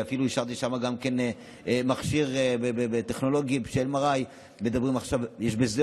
ואפילו אישרתי שם גם מכשיר טכנולוגי של MRI. יש בשדרות,